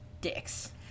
Dicks